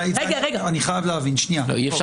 אני רוצה